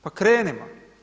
Pa krenimo.